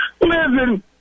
Listen